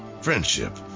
friendship